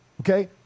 okay